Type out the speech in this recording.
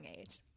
age